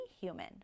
human